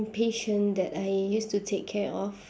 patient that I used to take care of